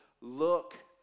Look